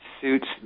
suits